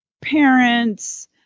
parents